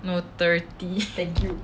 no thirty